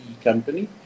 company